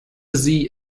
sie